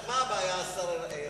רק מה הבעיה, השר ארדן?